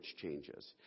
changes